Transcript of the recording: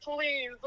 please